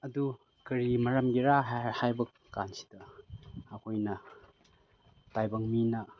ꯑꯗꯨ ꯀꯔꯤ ꯃꯔꯝꯒꯤꯔꯥ ꯍꯥꯏꯕꯀꯥꯟꯁꯤꯗ ꯑꯩꯈꯣꯏꯅ ꯇꯥꯏꯕꯪ ꯃꯤꯅ